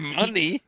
Money